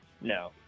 No